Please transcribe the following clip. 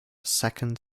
second